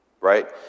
right